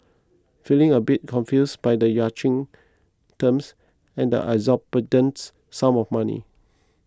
feeling a bit confused by the yachting terms and exorbitant sums of money